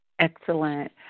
Excellent